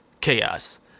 chaos